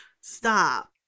stop